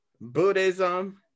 Buddhism